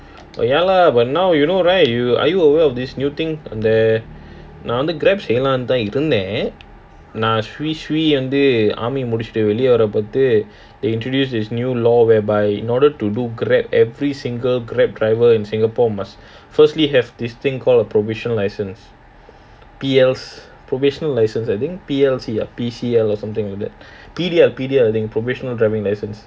oh ya lah but now you know right you are you aware of this new thing the அந்த நான் வந்து:antha naan wanthu grab செய்யலாம்னு தான் இருந்தான்:seyyalamnu thaan irunthan army ah முடிச்சிட்டு வெளிய வரும்போது:mudichittu weliya warumpothu they introduced this new law whereby in order to do grab every single grab driver in singapore must firstly have this thing called a provisional licence P_L probation license I think P_L_T ah or P_C_L or something like that P_D_L probational driving license